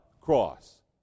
cross